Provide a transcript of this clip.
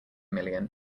million